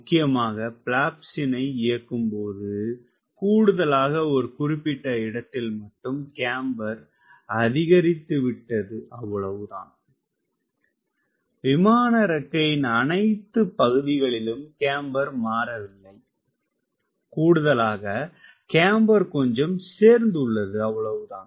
முக்கியமாக பிளாப்ஸினை இயக்கும்போது கூடுதலாக ஒரு குறிப்பிட்ட இடத்தில் மட்டும் கேம்பர் அதிகரித்துவிட்டது அவ்வளவு தான் விமான இறக்கையின் அனைத்து பகுதிகளின் கேம்பரும் மாறவில்லை கூடுதலாக கேம்பர் கொஞ்சம் சேர்ந்துள்ளது அவ்வளவுதான்